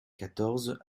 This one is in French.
quatorze